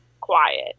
quiet